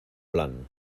plan